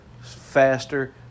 faster